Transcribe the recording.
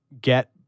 get